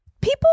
people